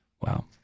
Wow